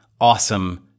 awesome